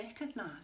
recognize